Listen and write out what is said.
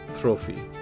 trophy